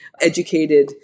educated